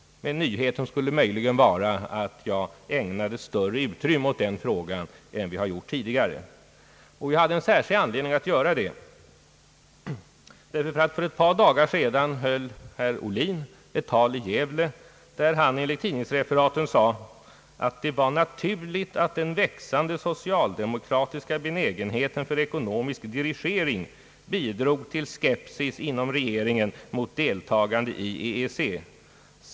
Nyheten skulle möjligen vara att jag ägnade större utrymme åt den frågan än vad vi har gjort tidigare. Jag hade en särskild anledning att göra detta. För ett par dagar sedan höll herr Ohlin ett tal i Gävle, där han enligt tidningsreferaten sade, att »det var naturligt att den växande socialdemokratiska benägenheten för ekonomisk dirigering bidrog till skepsis inom regeringen mot deltagande i EEC.